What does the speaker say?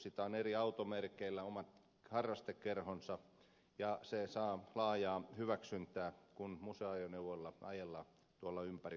siinä on eri automerkeillä omat harrastekerhonsa ja se saa laajaa hyväksyntää kun museoajoneuvoilla ajellaan tuolla ympäri suomen raittia